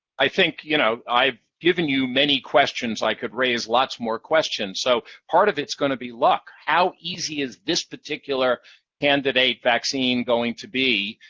i think, you know, i've given you many questions. i could raise lots more questions. so part of it's going to be luck how easy is this particular candidate vaccine going to be?